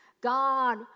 God